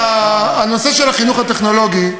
הנושא של החינוך הטכנולוגי,